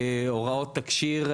הוראות תקשי"ר,